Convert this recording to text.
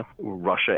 Russia